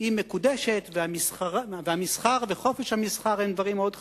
מקודשת והמסחר וחופש המסחר הם דברים מאוד חשובים,